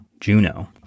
juno